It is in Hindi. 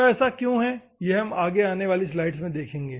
तो ऐसा क्यों है यह हम अगले स्लाइड में देखेंगे